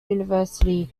university